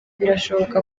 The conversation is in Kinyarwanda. birashoboka